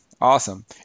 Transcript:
Awesome